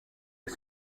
est